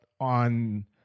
on